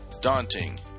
daunting